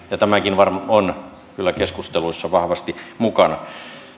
tämäkin varmaan on kyllä keskusteluissa vahvasti mukana